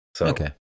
Okay